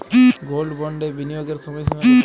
Gold বন্ডে বিনিয়োগের সময়সীমা কতো?